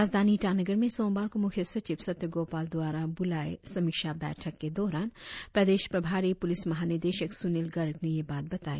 राजधानी ईटानगर में सोमवार को मुख्य सचिव सत्य गोपाल द्वारा बुलाये समीक्षा बैठक के दौरान प्रदेश प्रभारी पुलिस महानिदेशक सुनील गर्ग ने यह बात बताई